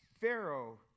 Pharaoh